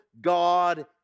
God